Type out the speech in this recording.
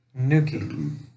Nuki